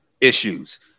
issues